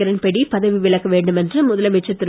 கிரண்பேடி பதவி விலக வேண்டுமென்று முதலமைச்சர் திரு